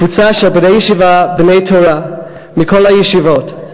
קבוצה של בני-ישיבה, בני-תורה, מכל הישיבות,